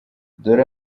dore